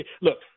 look